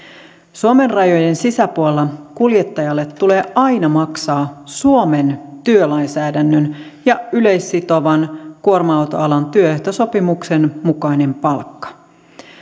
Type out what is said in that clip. suomen rajojen sisäpuolella kuljettajalle tulee aina maksaa suomen työlainsäädännön ja yleissitovan kuorma autoalan työehtosopimuksen mukainen palkka